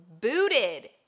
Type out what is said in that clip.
booted